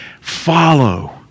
follow